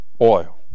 oil